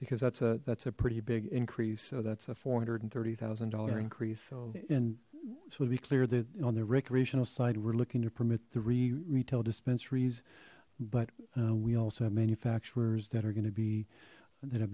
because that's a that's a pretty big increase so that's a four hundred and thirty thousand dollar increase so and so we clear that on the recreational side we're looking to permit the retail dispensaries but we also have manufacturers that are going to be that have